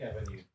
Avenue